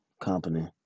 company